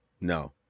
No